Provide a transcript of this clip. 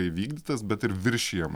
įvykdytas bet ir viršijama